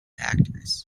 actors